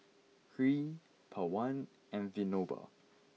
Hri Pawan and Vinoba